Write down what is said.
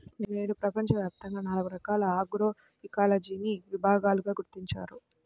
నేడు ప్రపంచవ్యాప్తంగా నాలుగు రకాల ఆగ్రోఇకాలజీని విభాగాలను గుర్తించారు